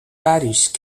parish